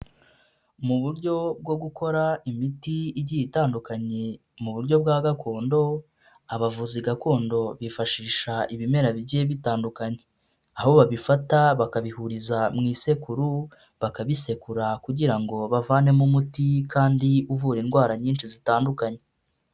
Mu buryo bwo gukora imiti igiye itandukanye mu buryo bwa gakondo abavuzi gakondo bifashisha ibimera bigiye bitandukanye, aho babifata bakabihuriza mu isekuru bakabisekura kugira ngo bavanemo umuti kandi uvura indwara nyinshi zitandukanye.